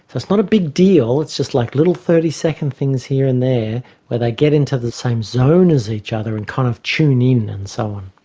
so it's not a big deal, it's just like little thirty second things here and there where they get into the same zone as each other and kind of tune in and so on.